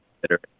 better